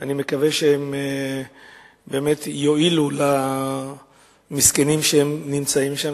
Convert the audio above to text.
ואני מקווה שבאמת הם יועילו למסכנים שנמצאים שם.